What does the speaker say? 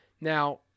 now